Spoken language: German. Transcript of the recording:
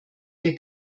wir